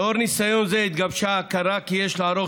לאור ניסיון זה התגבשה ההכרה כי יש לערוך